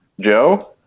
Joe